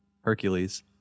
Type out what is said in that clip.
Hercules